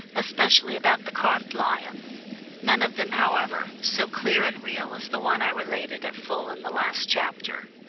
especially about the carved lions none of them, however, so clear and real as the one i related at full in the last chapter.